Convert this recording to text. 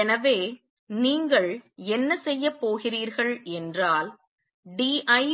எனவே நீங்கள் என்ன செய்யப் போகிறீர்கள் என்றால் d I